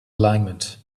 alignment